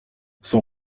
son